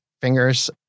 fingers